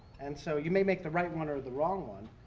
and so you may make the right one or the wrong one,